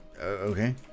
Okay